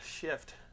shift